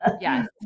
Yes